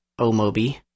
Omobi